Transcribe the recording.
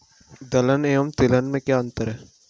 दलहन एवं तिलहन में क्या अंतर है?